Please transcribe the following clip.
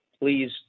please